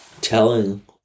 telling